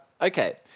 okay